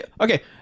Okay